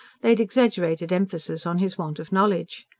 laid exaggerated emphasis on his want of knowledge.